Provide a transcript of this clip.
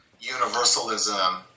universalism